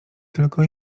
tylko